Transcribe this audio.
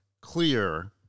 clear